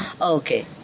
Okay